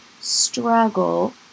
struggle